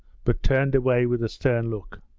but turned away with a stern look.